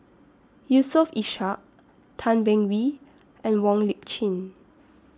Yusof Ishak Tan Beng Swee and Wong Lip Chin